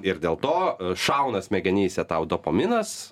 ir dėl to šauna smegenyse tau dopaminas